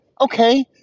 Okay